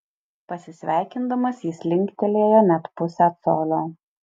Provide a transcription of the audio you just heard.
pasisveikindamas jis linktelėjo net pusę colio